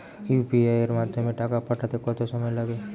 UPI এর মাধ্যমে টাকা পাঠাতে কত সময় লাগে?